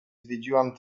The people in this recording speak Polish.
zwiedziłam